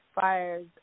fires